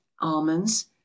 almonds